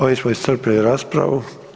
Ovim smo iscrpili raspravu.